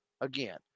again